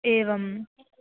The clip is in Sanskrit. एवं